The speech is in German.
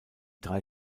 drei